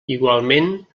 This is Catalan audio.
igualment